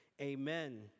amen